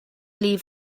leave